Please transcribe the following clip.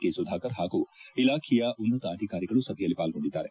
K Sudhakar ಹಾಗೂ ಇಲಾಖೆಯ ಉನ್ನತ ಅಧಿಕಾರಿಗಳು ಸಭೆಯಲ್ಲಿ ಪಾಲ್ಲೊಂಡಿದ್ದಾರೆ